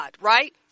right